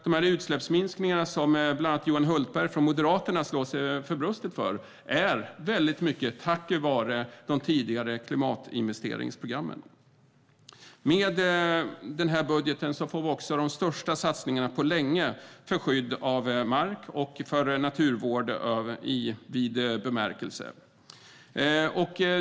De här utsläppsminskningarna, som bland annat Johan Hultberg från Moderaterna slår sig för bröstet över, har kunnat göras mycket tack vare de tidigare klimatinvesteringsprogrammen. Med den här budgeten får vi också de största satsningarna på länge för skydd av mark och naturvård i vid bemärkelse.